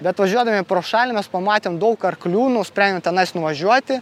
bet važiuodami pro šalį mes pamatėm daug arklių nusprendėm tenais nuvažiuoti